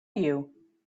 you